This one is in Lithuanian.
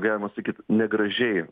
galima sakyt negražiai